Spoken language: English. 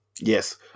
Yes